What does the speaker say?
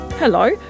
Hello